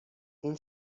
این